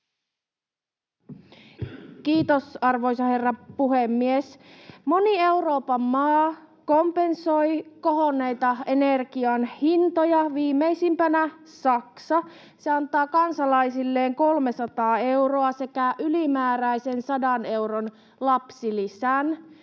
Kiitos, arvoisa herra puhemies! Moni Euroopan maa kompensoi kohonneita energian hintoja, viimeisimpänä Saksa. Se antaa kansalaisilleen 300 euroa sekä ylimääräisen 100 euron lapsilisän.